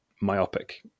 myopic